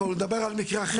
אבל הוא מדבר על מקרה אחר.